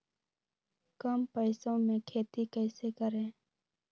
कम पैसों में खेती कैसे करें?